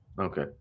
Okay